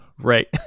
Right